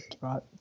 right